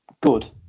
good